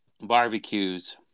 Barbecues